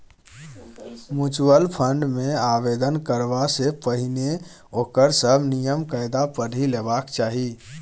mutual fund मे आवेदन करबा सँ पहिने ओकर सभ नियम कायदा पढ़ि लेबाक चाही